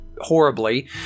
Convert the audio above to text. horribly